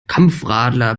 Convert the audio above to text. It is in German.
kampfradler